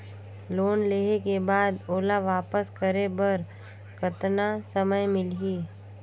Loan लेहे के बाद ओला वापस करे बर कतना समय मिलही?